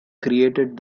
created